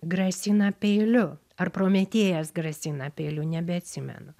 grasina peiliu ar prometėjas grasina peiliu nebeatsimenu